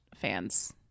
fans